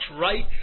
right